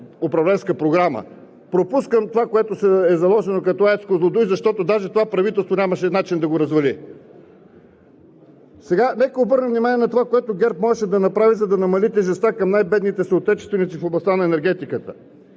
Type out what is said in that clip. управленска програма. Пропускам това, което е наложено като АЕЦ „Козлодуй“, защото даже това правителство нямаше начин да го развали. Сега нека да обърнем внимание на това, което ГЕРБ можеше да направи, за да намали тежестта към най-бедните съотечественици в областта на енергетиката.